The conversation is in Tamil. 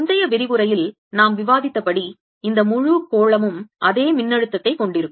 முந்தைய விரிவுரையில் நாம் விவாதித்தபடி இந்த முழு கோளமும் அதே மின்னழுத்தத்தைக் கொண்டிருக்கும்